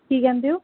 ਕੀ ਕਹਿੰਦੇ ਹੋ